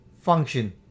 function